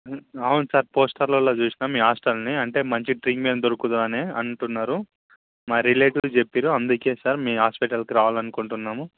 అవును సార్ పోస్టర్లలో చూసిన మీ హాస్పిటల్ని అంటే మంచి ప్రీమియం దొరకుతుంది అని అంటున్నారు మా రిలెటీవ్స్ చెప్పిరు అందుకని సార్ మీ హాస్పిటల్కి రావాలి అనుకుంటున్నాము